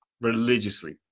religiously